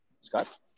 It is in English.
Scott